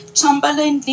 Chamberlain